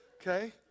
Okay